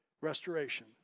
restoration